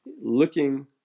looking